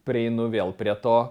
prieinu vėl prie to